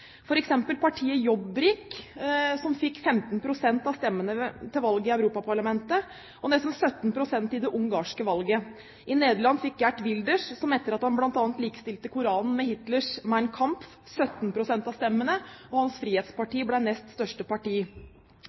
av stemmene ved valget til Europaparlamentet og nesten 17 pst. i det ungarske valget. I Nederland fikk Geert Wilders, etter at han bl.a. likestilte Koranen med Hitlers Mein Kampf, 17 pst. av stemmene, og Frihetspartiet ble nest største parti.